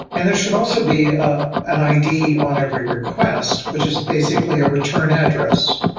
and there should also be an id on every request, which is basically a return address,